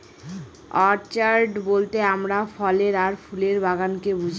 orchard বলতে আমরা ফলের আর ফুলের বাগানকে বুঝি